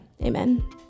Amen